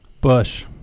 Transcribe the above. Bush